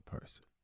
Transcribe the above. person